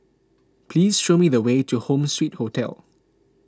please show me the way to Home Suite Hotel